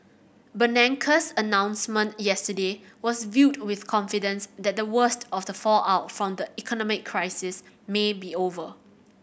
Bernanke's announcement yesterday was viewed with confidence that the worst of the fallout from the economic crisis may be over